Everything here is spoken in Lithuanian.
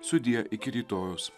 sudie iki rytojaus